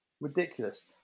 ridiculous